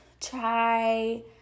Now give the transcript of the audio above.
try